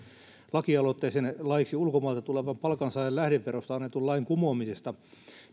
lakialoitteeseen laiksi ulkomailta tulevan palkansaajan lähdeverosta annetun lain kumoamisesta